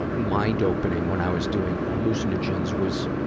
ah, mind-opening when i was doing hallucinogens, was,